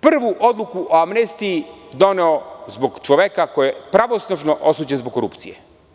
prvu odluku o amnestiji, doneo je zbog čoveka koji je pravosnažno osuđen zbog korupcije.